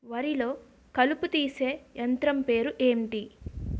వరి లొ కలుపు తీసే యంత్రం పేరు ఎంటి?